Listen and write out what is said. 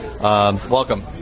welcome